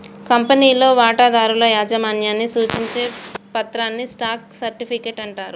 కంపెనీలో వాటాదారుల యాజమాన్యాన్ని సూచించే పత్రాన్ని స్టాక్ సర్టిఫికెట్ అంటారు